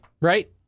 Right